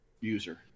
user